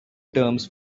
terms